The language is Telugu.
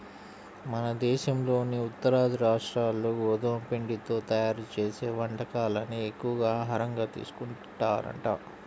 మన దేశంలోని ఉత్తరాది రాష్ట్రాల్లో గోధుమ పిండితో తయ్యారు చేసే వంటకాలనే ఎక్కువగా ఆహారంగా తీసుకుంటారంట